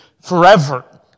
forever